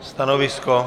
Stanovisko?